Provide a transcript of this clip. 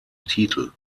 titel